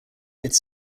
it’s